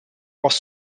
was